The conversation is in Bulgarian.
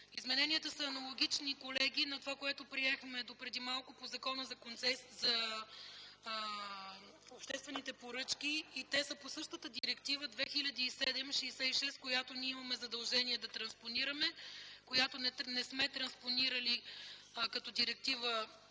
Измененията са аналогични на това, което приехме преди малко по Закона за обществените поръчки. Те са по същата Директива 2007/66, която имаме задължение да транспонираме и която не сме транспонирали като директива